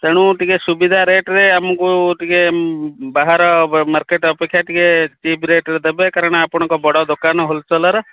ତେଣୁ ଟିକେ ସୁବିଧା ରେଟରେ ଆମକୁ ଟିକେ ବାହାର ମାର୍କେଟ ଅପେକ୍ଷା ଟିକେ ଚିପ୍ ରେଟରେ ଦେବେ କାରଣ ଆପଣଙ୍କ ବଡ଼ ଦୋକାନ ହୋଲସଲର